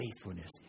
faithfulness